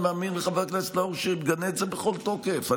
אני מאמין לחבר הכנסת נאור שירי ומגנה את זה בכל תוקף.